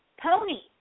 pony